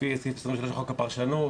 לפי חוק הפרשנות,